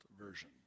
version